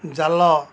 ଜାଲ